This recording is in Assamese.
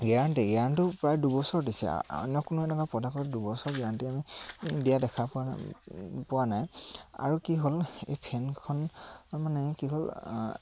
গেৰাণ্টি গেৰাণ্টিও প্ৰায় দুইবছৰ দিছে অন্য কোনো এনেকুৱা প্ৰডাকত দুইবছৰ গেৰাণ্টি আমি দিয়া দেখা পোৱা পোৱা নাই আৰু কি হ'ল এই ফেনখন মানে কি হ'ল